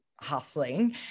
hustling